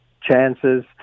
chances